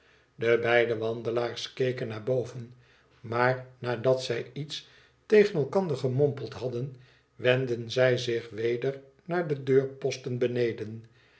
de beide wandelaars keken naar boven j maar nadat zij iets tegen elkander gemompeld hadden wendden zij zich weder naar de deurposten beneden